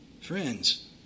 Friends